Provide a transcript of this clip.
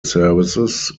services